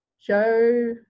Joe